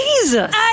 Jesus